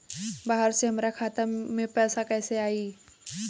बाहर से हमरा खाता में पैसा कैसे आई?